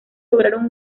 lograron